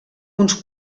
uns